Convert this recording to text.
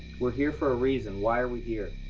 we're here for a reason. why are we here?